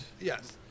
Yes